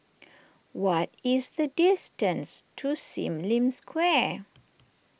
what is the distance to Sim Lim Square